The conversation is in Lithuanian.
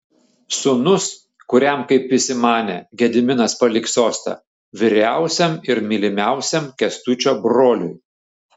sūnus kuriam kaip visi manė gediminas paliks sostą vyriausiam ir mylimiausiam kęstučio broliui